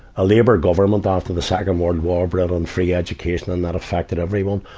a labor government after the sagamore and war brought on free education and that affected everyone.